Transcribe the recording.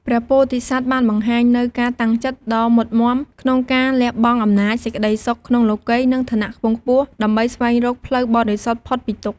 ព្រះពោធិសត្វបានបង្ហាញនូវការតាំងចិត្តដ៏មុតមាំក្នុងការលះបង់អំណាច សេចក្តីសុខក្នុងលោកិយ និងឋានៈខ្ពង់ខ្ពស់ ដើម្បីស្វែងរកផ្លូវបរិសុទ្ធផុតពីទុក្ខ។